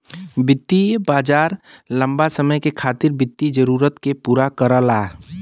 वित्तीय बाजार लम्बा समय के खातिर वित्तीय जरूरत के पूरा करला